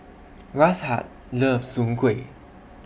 Rashaad loves Soon Kway